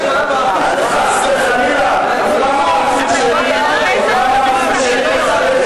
חס וחלילה, עולם הערכים שלי מכבד את